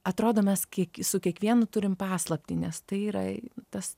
atrodo mes kiek su kiekvienu turim paslaptį nes tai yra tas